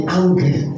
angry